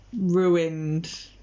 ruined